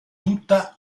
tutta